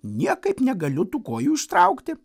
niekaip negaliu tų kojų ištraukti